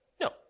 no